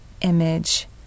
image